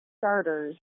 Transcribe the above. starters